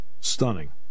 stunning